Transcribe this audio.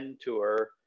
tour